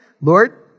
Lord